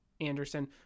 Anderson